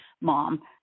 mom